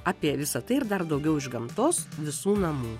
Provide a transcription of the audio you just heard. apie visa tai ir dar daugiau iš gamtos visų namų